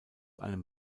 einem